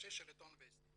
הראשי של עיתון וסטי.